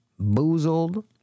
boozled